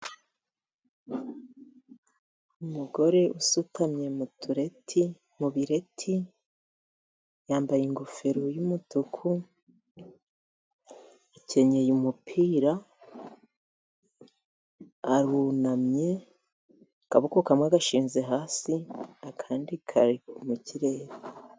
Umugore usutamye mu bireti yambaye ingofero y'umutuku, akenyeye umupira arunamye. Akaboko kamwe gashinze hasi, akandi kari mu kirere.